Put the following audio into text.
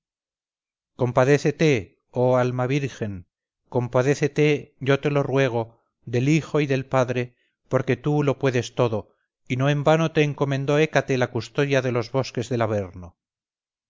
umbrales compadécete oh alma virgen compadécete yo te lo ruego del hijo y del padre porque tú lo puedes todo y no en vano te encomendó hécate la custodia de los bosques del averno